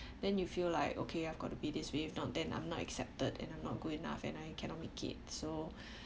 then you feel like okay I've got to be this way if not then I'm not accepted and I'm not good enough and I cannot make it so